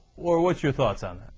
or what your thoughts on